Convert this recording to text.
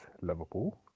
Liverpool